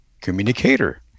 communicator